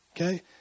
okay